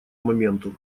моменту